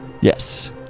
Yes